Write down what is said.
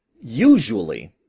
usually